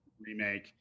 remake